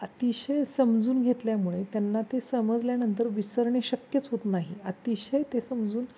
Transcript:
अतिशय समजून घेतल्यामुळे त्यांना ते समजल्यानंतर विसरणे शक्यच होत नाही अतिशय ते समजून